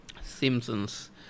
Simpsons